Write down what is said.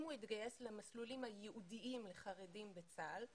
אם הוא התגייס למסלולים הייעודיים לחרדים בצה"ל,